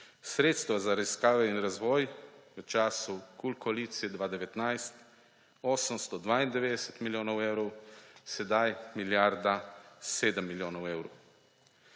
Sredstva za raziskave in razvoj v času KUL koalicije 2019 892 milijonov evrov, sedaj milijarda 7 milijonov evrov.